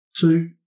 two